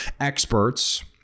experts